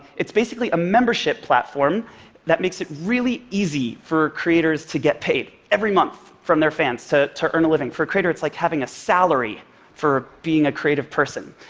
it's basically a membership platform that makes it really easy for creators to get paid every month from their fans to to earn a living. for a creator, it's like having a salary for being a creative person.